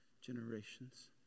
generations